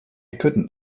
couldn’t